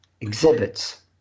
exhibits